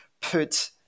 put